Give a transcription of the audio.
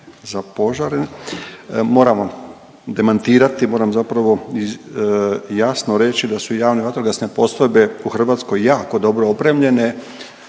za požare. Moram vam demantirati, moram zapravo jasno reći da su javne vatrogasne postrojbe u Hrvatskoj jako dobro opremljene,